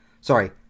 Sorry